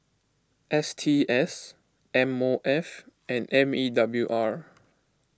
S T S M O F and M E W R